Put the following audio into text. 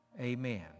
Amen